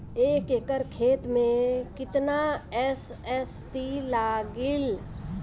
एक एकड़ खेत मे कितना एस.एस.पी लागिल?